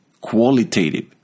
qualitative